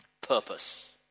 Purpose